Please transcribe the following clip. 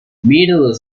middle